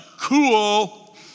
cool